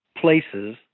places